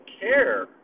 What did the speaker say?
care